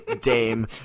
Dame